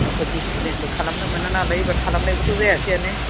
एक' दिसिफ्लिनबो खालामनो मोना नालाय एबार खालामनायबोथ' जायासैयानो